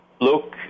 look